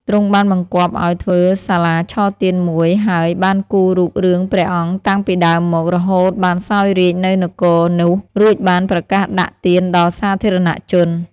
ទ្រង់បានបង្គាប់ឲ្យធ្វើសាលាឆទានមួយហើយបានគូររូបរឿងព្រះអង្គតាំងពីដើមមក រហូតបានសោយរាជ្យនៅនគរនោះ រួចបានប្រកាសដាក់ទានដល់សាធារណជន។